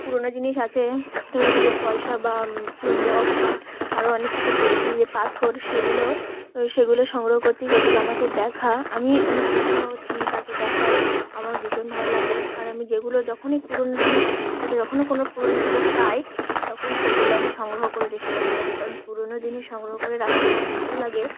পুরনো জিনিস আচে তোর কাছে যে পয়সা বা চুম্বক বা আরও অনেক কিচু পেয়েছিস যে পাথর সেগুলো সেগুলো সংগ্রহ করছিস সেগুলো আমাকে দেখা আমি আমি সেগুলো তাকে দেখাই আমার ভীষণ ভালো লাগে আর আমি যেগুলো যখনই পুরনো জিনিস যখনও কোনো পুরনো জিনিস পাই তখন সেগুলো আমি সংগ্রহ করে রেখে দিই কারণ পুরনো জিনিস সংগ্রহ করে রাখতে আমার ভালো লাগে